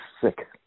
sick